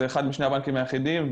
שהוא אחד משני הבנקים היחידים,